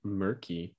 murky